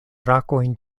brakojn